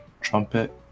trumpet